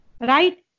right